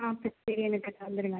ஆ சரி சரி எனக்கு தந்துருங்கள்